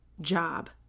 job